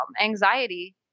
anxiety